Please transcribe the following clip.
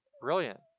Brilliant